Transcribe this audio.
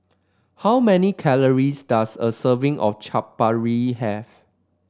how many calories does a serving of Chaat Papri have